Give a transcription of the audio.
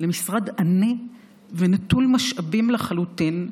למשרד עני ונטול משאבים לחלוטין,